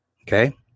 Okay